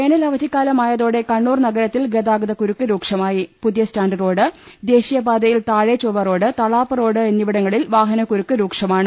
വേനലവധിക്കാലമായതോടെ കണ്ണൂർ നഗരത്തിൽ ഗതാഗതകു രുക്ക് രൂക്ഷമായി പുതിയസ്റ്റാന്റ് റോഡ് ദേശീയപാതയിൽ താഴെ ചൊവ്വ റോഡ് തളാപ്പ് റോഡ് എന്നിവിടങ്ങളിൽ വാഹനകുരുക്ക് രൂക്ഷമാണ്